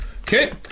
Okay